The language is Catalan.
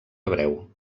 hebreu